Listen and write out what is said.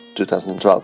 2012